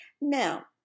Now